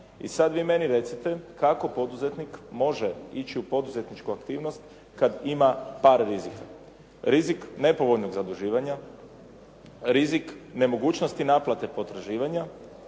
I sad vi meni recite kako poduzetnik može ići u poduzetničku aktivnost kad ima par rizika, rizik nepovoljnog zaduživanja, rizik nemogućnosti naplate potraživanja